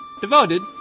devoted